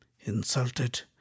Insulted